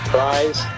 Prize